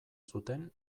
zuten